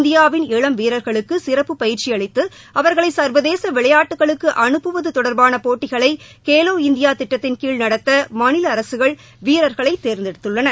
இந்தியாவின் இளம் வீரர்களுக்கு சிறப்புப் பயிற்சி அளித்து அவர்களை சர்வதேச விளையாட்டுக்களுக்கு அனுப்புவது தொடர்பான போடிட்டிகளை கேவோ இந்தியா திட்டத்தின் கீழ் நடத்த மாநில அரசுகள் வீரர்களை தேர்ந்தெடுத்துள்ளன